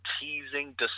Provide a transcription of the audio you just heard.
teasing